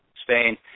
Spain